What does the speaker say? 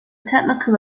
technical